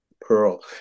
Pearl